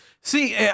see